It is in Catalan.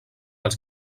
els